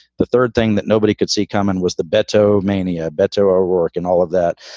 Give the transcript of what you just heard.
the third thing that nobody could see come in was the betto mania. betto, our work and all of that.